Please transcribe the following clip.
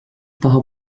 daha